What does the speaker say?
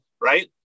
Right